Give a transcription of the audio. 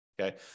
okay